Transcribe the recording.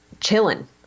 chilling